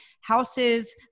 houses